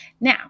Now